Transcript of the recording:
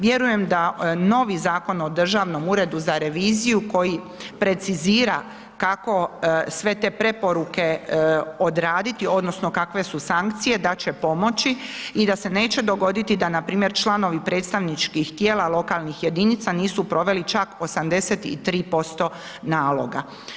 Vjerujem da novi Zakon o Državnom uredu za reviziju, koji precizira kako sve te preporuke odraditi, onda, kakve su sankcije, da će pomoći i da se neće dogoditi da npr. članovi predstavničkih tijela lokalnih jedinica, nisu proveli čak 83% naloga.